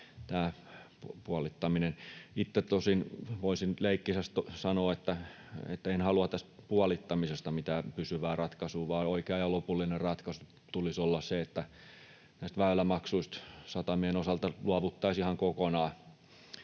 Itse tosin voisin nyt leikkisästi sanoa, että en halua tästä puolittamisesta mitään pysyvää ratkaisua — vaan oikean ja lopullisen ratkaisun tulisi olla se, että näistä väylämaksuista satamien osalta luovuttaisiin ihan kokonaan.